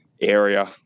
area